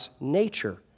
nature